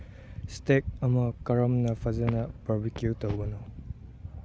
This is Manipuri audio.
ꯏꯁꯇꯦꯛ ꯑꯃ ꯀꯔꯝꯅ ꯐꯖꯅ ꯕꯔꯕꯤꯀ꯭ꯌꯨ ꯇꯧꯕꯅꯣ